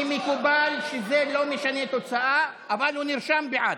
כי מקובל שזה לא משנה תוצאה, אבל הוא נרשם בעד.